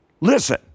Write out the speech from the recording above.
Listen